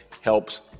helps